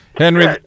Henry